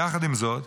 יחד עם זאת,